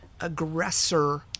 aggressor